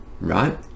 Right